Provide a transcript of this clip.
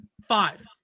Five